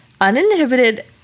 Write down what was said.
Uninhibited